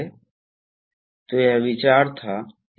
यह हमारा पहला उदाहरण है जो कुछ राशि की ओर जाता है आप जानते हैं